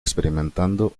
experimentando